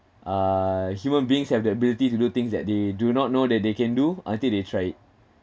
uh human beings have the ability to do things that they do not know that they can do until they try it